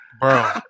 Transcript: Bro